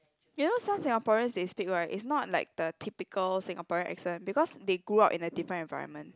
you know some Singaporean they speak right is not like the typical Singaporean accent because they grew up in a different environment